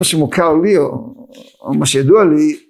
‫מה שמוכר לי או מה שידוע לי...